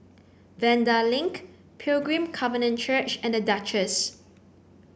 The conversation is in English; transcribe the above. Vanda Link Pilgrim Covenant Church and The Duchess